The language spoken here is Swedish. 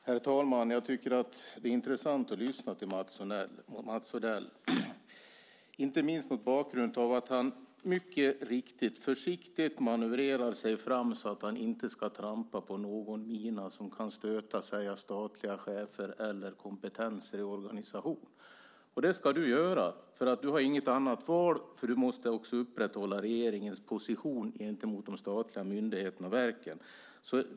Herr talman! Jag tycker att det är intressant att lyssna till Mats Odell, inte minst mot bakgrund av att han mycket riktigt försiktigt manövrerar sig fram så att han inte ska trampa på någon mina och stöta sig med statliga chefer i fråga om kompetens i organisationen. Det ska du göra eftersom du inte har något annat val och eftersom du också måste upprätthålla regeringens position gentemot de statliga myndigheterna och verken.